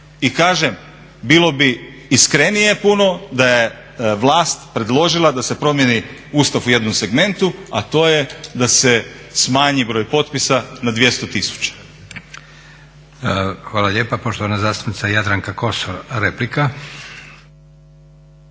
I kažem, bilo bi iskrenije puno da je vlast predložila da se promijeni Ustav u jednom segmentu, a to je da se smanji broj potpisa na 200 000.